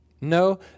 No